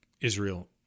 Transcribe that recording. Israel